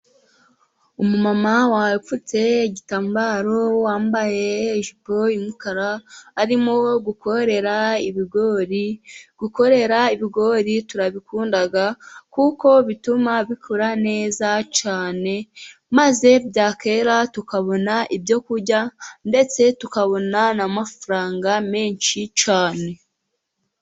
Umumama wapfutse igitambaro , wambaye ijipo y'umukara arimo gukorera ibigori, gukorera ibigori turabikunda kuko bituma bikura neza cyane, maze byakwera tukabona ibyo kurya ndetse tukabona n'amafaranga menshi cyane.